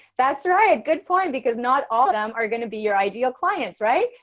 that's right a good point, because not all of them are gonna be your ideal clients, right,